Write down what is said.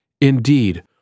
Indeed